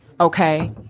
okay